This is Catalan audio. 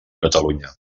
catalunya